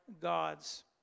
God's